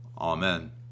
Amen